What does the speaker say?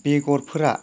बेगरफोरा